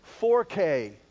4K